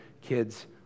kids